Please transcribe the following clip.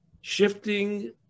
shifting